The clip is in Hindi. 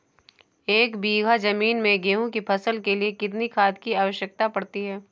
एक बीघा ज़मीन में गेहूँ की फसल के लिए कितनी खाद की आवश्यकता पड़ती है?